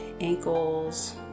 ankles